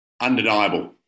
Undeniable